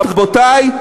רבותי,